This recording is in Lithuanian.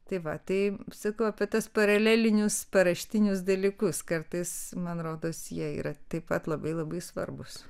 tai va tai sakau apie tuos paralelinius paraštinius dalykus kartais man rodos jie yra taip pat labai labai svarbūs